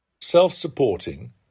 self-supporting